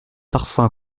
parfois